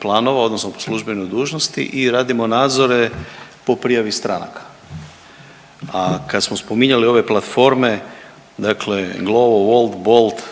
planova odnosno po službenoj dužnosti i radimo nadzore po prijavi stranaka. A kad smo spominjali ove platforme dakle Gloovo, Wolt, Bolt,